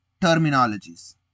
terminologies